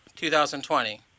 2020